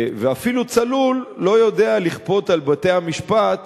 ואפילו "צלול" לא יודעת לכפות על בתי-המשפט